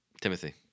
Timothy